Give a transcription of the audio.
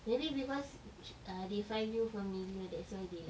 maybe because h~ uh they find you familiar that's why they like